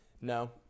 No